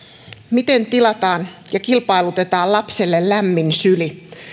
miten tilataan ja kilpailutetaan lapselle lämmin syli